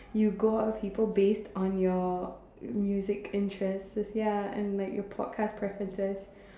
you go out with people based on your music interest so it's ya and like your podcast preferences